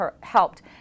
helped